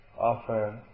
offer